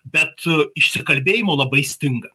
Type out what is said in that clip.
bet išsikalbėjimo labai stinga